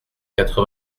quatre